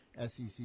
SEC